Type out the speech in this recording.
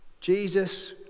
jesus